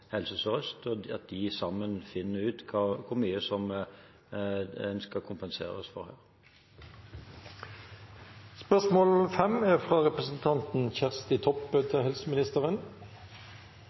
Helse Sør-Øst, og at de sammen finner ut hvor mye en skal kompenseres for. «Luftambulansetjenesten er kritisk infrastruktur og sørger for medisinsk beredskap i hele landet. Nå er